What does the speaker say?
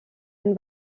ein